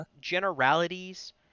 generalities